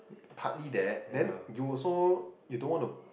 partly that then you also you don't want to